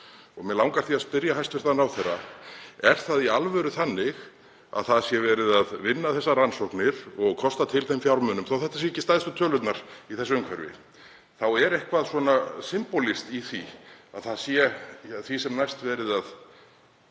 Mig langar því að spyrja hæstv. ráðherra: Er það í alvöru þannig að verið sé að vinna þessar rannsóknir og kosta til þeirra fjármunum? Þótt þetta séu ekki stærstu tölurnar í þessu umhverfi þá er eitthvað symbólískt í því að það sé því sem næst verið að